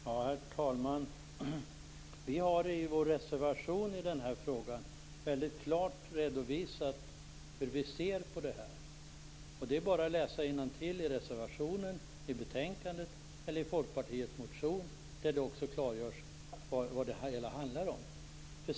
Herr talman! Vi har i vår reservation i den här frågan väldigt klart redovisat hur vi ser på det här. Det är bara att läsa innantill i reservationen i betänkandet eller i Folkpartiets motion, där det också klargörs vad det hela handlar om.